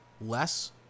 less